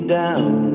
down